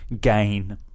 gain